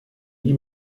gli